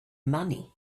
money